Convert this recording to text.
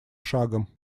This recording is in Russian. шагом